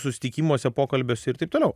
susitikimuose pokalbiuose ir taip toliau